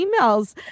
emails